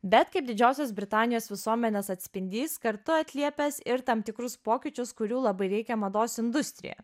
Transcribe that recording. bet kaip didžiosios britanijos visuomenės atspindys kartu atliepęs ir tam tikrus pokyčius kurių labai reikia mados industrijoje